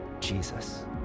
Jesus